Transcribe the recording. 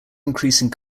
increasing